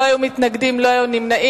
לא היו מתנגדים, לא היו נמנעים.